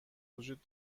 وجود